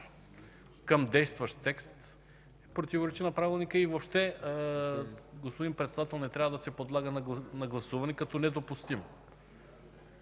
към действащ текст, противоречи на Правилника и въобще, господин Председател, не трябва да се подлага на гласуване, като недопустим.